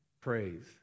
praise